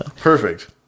Perfect